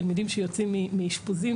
תלמידים שיוצאים מאשפוזים,